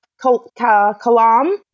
Kalam